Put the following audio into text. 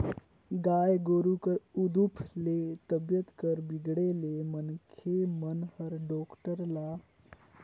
गाय गोरु कर उदुप ले तबीयत कर बिगड़े ले मनखे मन हर डॉक्टर ल तो बलाबे करथे ओकर आये कर आघु दवई दारू कईर डारे रथें